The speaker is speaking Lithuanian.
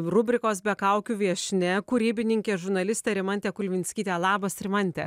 rubrikos be kaukių viešnia kūrybininkė žurnalistė rimantė kulvinskytė labas rimante